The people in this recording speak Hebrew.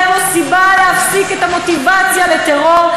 פה סיבה להפסיק את המוטיבציה לטרור,